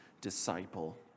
disciple